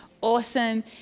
Awesome